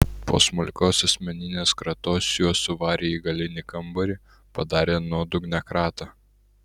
po smulkios asmeninės kratos juos suvarė į galinį kambarį padarė nuodugnią kratą